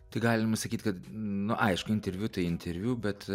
tai galima sakyti kad nu aišku interviu tai interviu bet